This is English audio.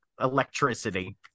electricity